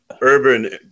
urban